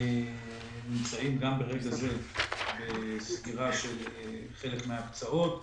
נמצאים גם ברגע זה בסגירה של חלק מההקצאות.